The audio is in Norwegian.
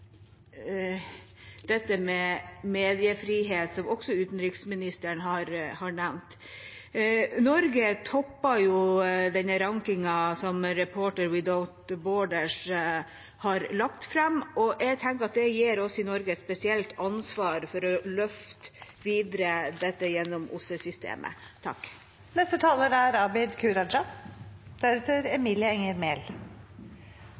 dette med mediefrihet, som også utenriksministeren har nevnt. Norge topper rankingen som Reporters Without Borders har lagt fram, og jeg tenker at det gir oss i Norge et spesielt ansvar for å løfte dette videre gjennom OSSE-systemet. Aller først vil jeg takke interpellanten, som også er